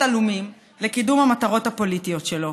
עלומים לקידום המטרות הפוליטיות שלו,